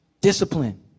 discipline